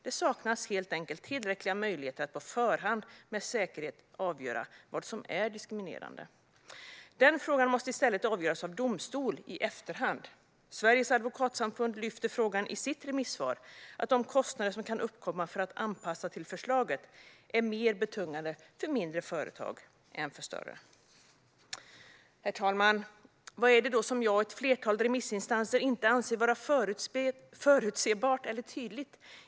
Det saknas helt enkelt tillräckliga möjligheter att på förhand med säkerhet avgöra vad som är diskriminerande. Den frågan måste i stället avgöras av domstol i efterhand. Sveriges advokatsamfund lyfter i sitt remissvar fram frågan att de kostnader som kan uppkomma för att anpassa sig till förslaget är mer betungande för mindre företag än för större. Herr talman! Vad är det då som jag och ett flertal remissinstanser inte anser vara förutsebart eller tydligt?